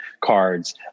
cards